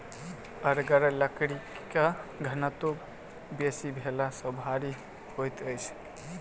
कड़गर लकड़ीक घनत्व बेसी भेला सॅ भारी होइत अछि